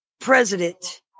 president